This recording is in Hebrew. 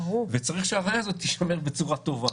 וצריך שהראיה הזאת תישמר בצורה טובה.